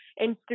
Instagram